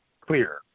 clear